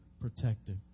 protective